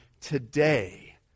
today